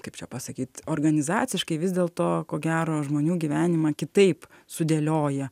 kaip čia pasakyt organizaciškai vis dėlto ko gero žmonių gyvenimą kitaip sudėlioja